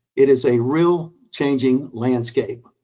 it is a real changing landscape.